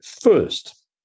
first